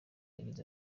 yagize